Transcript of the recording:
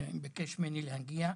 שביקש ממני להגיע.